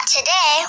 Today